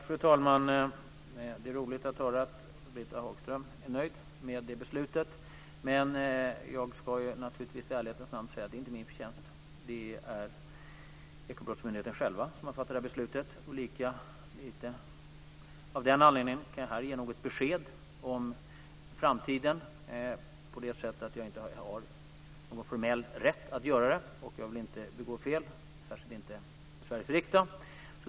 Fru talman! Det är roligt att höra att Ulla-Britt Hagström är nöjd med beslutet, men jag ska naturligtvis i ärlighetens namn säga att det inte är min förtjänst. Det är Ekobrottsmyndigheten själv som har fattat detta beslut. Av den anledningen kan jag inte heller ge något besked om framtiden. Jag har inte något formell rätt att göra det, och jag vill inte begå fel - särskilt inte i Sveriges riksdag.